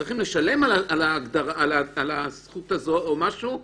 כשצריך לשלם על הזכות הזאת אז אין.